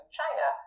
China